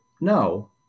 No